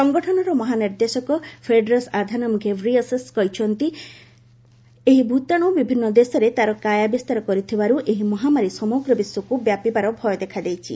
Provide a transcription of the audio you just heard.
ସଙ୍ଗଠନର ମହାନିର୍ଦ୍ଦେଶକ Tedros Adhanom Ghebreyesus ଗତକାଲି କହିଛନ୍ତି ଏହି ଭୂତାଣୁ ବିଭିନ୍ନ ଦେଶରେ ତା'ର କାୟା ବିସ୍ତାର କରିଥିବାରୁ ଏହି ମହାମାରୀ ସମଗ୍ର ବିଶ୍ୱକୁ ବ୍ୟାପିବାର ଭୟ ଦେଖାଦେଇଛି